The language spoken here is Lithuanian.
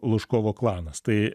lužkovo klanas tai